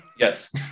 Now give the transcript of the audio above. yes